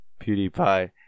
PewDiePie